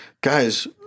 guys